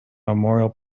memorial